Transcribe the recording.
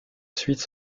suite